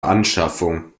anschaffung